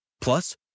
Plus